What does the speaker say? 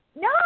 No